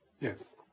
Yes